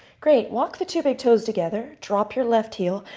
great. walk the two big toes together. drop your left heel.